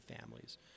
families